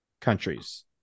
countries